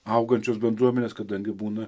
augančios bendruomenės kadangi būna